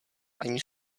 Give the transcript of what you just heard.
ani